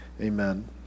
Amen